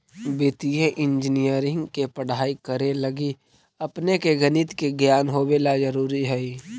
वित्तीय इंजीनियरिंग के पढ़ाई करे लगी अपने के गणित के ज्ञान होवे ला जरूरी हई